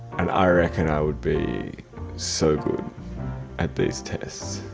and i reckon i would be so good at these tests.